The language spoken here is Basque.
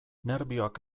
nerbioak